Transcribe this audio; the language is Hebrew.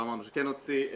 לא אמרנו שכן נוציא.